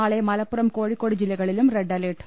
നാളെ മലപ്പുറം കോഴിക്കോട് ജില്ല കളിലും റെഡ് അലർട്ട്